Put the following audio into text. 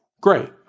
Great